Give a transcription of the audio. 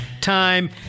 time